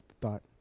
thought